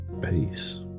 Peace